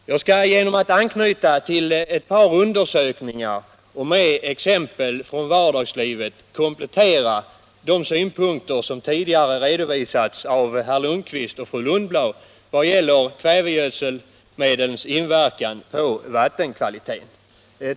Jag skall genom att anknyta till ett par undersökningar och med exempel från vardagslivet komplettera de synpunkter som tidigare redovisats av herr Lundkvist och fru Lundblad vad gäller kvävegödselmedels inverkan på vattenkvaliteten.